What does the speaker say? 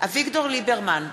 אביגדור ליברמן,